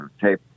tape